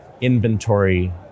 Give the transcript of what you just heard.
inventory